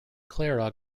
clara